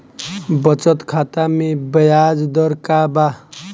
बचत खाता मे ब्याज दर का बा?